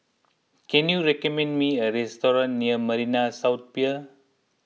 can you recommend me a restaurant near Marina South Pier